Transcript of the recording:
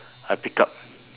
I pick up